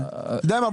אתה יודע מה?